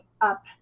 up